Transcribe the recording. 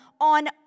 on